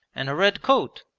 and a red coat?